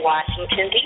Washington